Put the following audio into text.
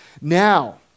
Now